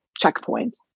Checkpoint